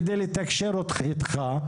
כדי לתקשר איתך,